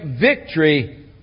victory